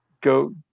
go